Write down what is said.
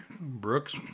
Brooks